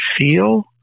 feel